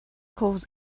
calls